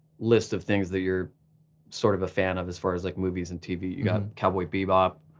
list of things that you're sort of a fan of as far as like, movies and tv. you got cowboy bebop,